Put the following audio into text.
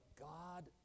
God